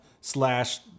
slash